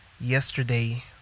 yesterday